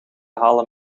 halen